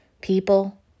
people